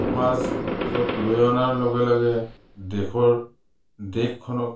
সমাজক লৈ অনাৰ লগে লগে দেশৰ দেশখনক